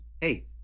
Hey